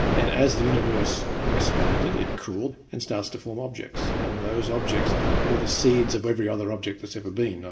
and as the universe expanded, it cooled and starts to form objects, and those objects were the seeds of every other object that's ever been,